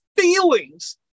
feelings